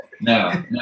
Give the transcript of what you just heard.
no